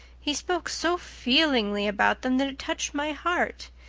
he spoke so feelingly about them that it touched my heart.